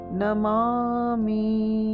namami